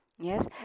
Yes